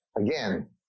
again